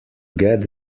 get